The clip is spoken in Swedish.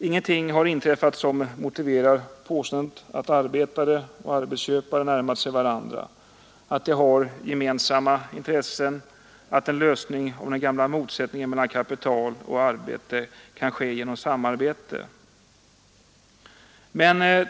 Ingenting har inträffat som motiverar påståendet att arbetare och arbetsköpare närmat sig varandra, att vi har gemensamma intressen, att en lösning på den gamla motsättningen mellan kapital och arbete kan ske genom samarbete.